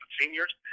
seniors